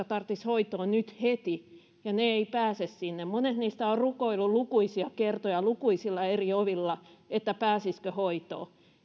tarvitsisi hoitoa nyt heti ja ne eivät pääse sinne monet niistä on rukoillut lukuisia kertoja lukuisilla eri ovilla että pääsisikö hoitoon